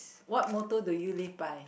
what moto do you live by